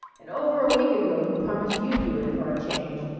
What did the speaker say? and over a week ago you promised you'd do it for a change.